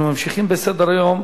אנחנו ממשיכים בסדר-היום.